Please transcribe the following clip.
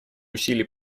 усилий